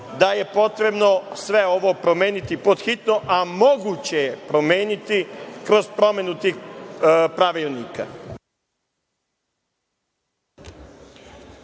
da je potrebno sve ovo promeniti pod hitno, a moguće je promeniti kroz promenu tih pravilnika.